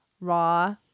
raw